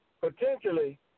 potentially